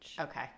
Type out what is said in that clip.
Okay